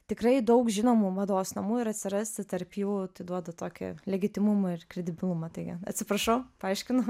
tikrai daug žinomų mados namų ir atsirasti tarp jų tai duoda tokį legitimumą ir kredibilumą taigi atsiprašau paaiškinu